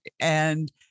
And-